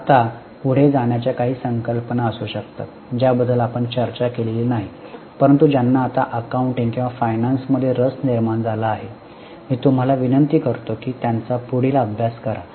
आता पुढे जाण्याच्या काही संकल्पना असू शकतात ज्या बद्दल आपण चर्चा केलेली नाही परंतु ज्यांना आता अकाउंटिंग किंवा फायनान्समध्ये रस निर्माण झाला आहे मी तुम्हाला विनंती करतो की त्यांचा पुढील अभ्यास करा